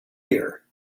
here